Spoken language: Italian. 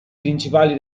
principali